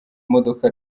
imodoka